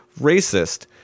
racist